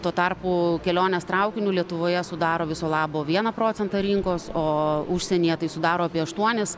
tuo tarpu kelionės traukiniu lietuvoje sudaro viso labo vieną procentą rinkos o užsienyje tai sudaro apie aštuonis